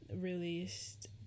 released